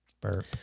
burp